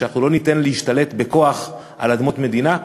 שאנחנו לא ניתן להשתלט בכוח על אדמות מדינה.